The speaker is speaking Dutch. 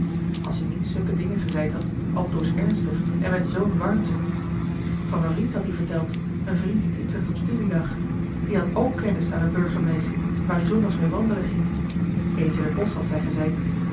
als ie niet zukke dingen gezeid had altoos ernstig en met zoo'n warmte van en vriend had ie verteld en vriend die te utrecht op studie lag die ook kennis had an en burgermeissie waar ie s zondags mee wandelen ging eens in et bosch had zij gezeid